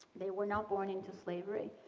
they were now born into slavery.